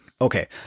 Okay